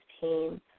team